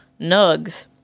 nugs